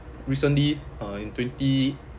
recently uh in twenty